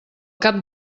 cap